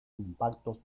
impactos